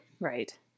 right